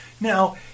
Now